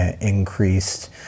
increased